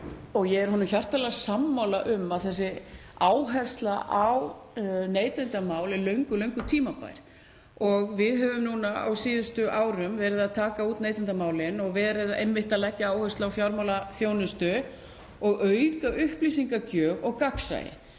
og ég er honum hjartanlega sammála um að þessi áhersla á neytendamál er löngu tímabær. Við höfum núna á síðustu árum verið að taka út neytendamálin og einmitt verið að leggja áherslu á fjármálaþjónustu og að auka upplýsingagjöf og gagnsæi.